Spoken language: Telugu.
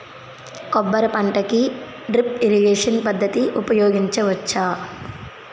కొబ్బరి పంట కి డ్రిప్ ఇరిగేషన్ పద్ధతి ఉపయగించవచ్చా?